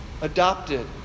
adopted